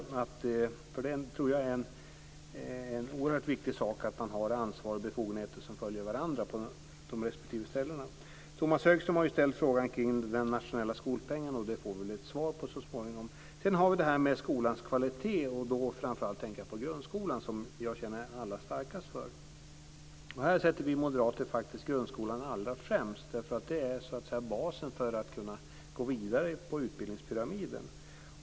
Jag tror att det är oerhört viktigt att man har ansvar och befogenheter som följer varandra på de respektive ställena. Tomas Högström har ju ställt en fråga omkring den nationella skolpengen, och den får vi väl ett svar på så småningom. Sedan har vi det här med skolans kvalitet, och då tänker jag framför allt på grundskolan som jag känner allra starkast för. Vi moderater sätter faktiskt grundskolan allra främst. Den är så att säga basen för att kunna gå vidare på utbildningspyramiden.